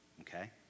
Okay